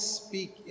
speak